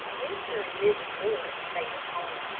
mr. and mrs. morris stayed at home.